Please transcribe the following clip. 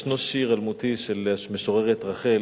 ישנו שיר אלמותי של המשוררת רחל,